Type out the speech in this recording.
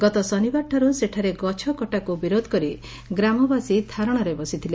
ଗତ ଶନିବାରଠାର୍ ସେଠାରେ ଗଛକଟାକୁ ବିରୋଧ କରି ଗ୍ରାମବାସୀ ଧାରଶାରେ ବସିଥିଲେ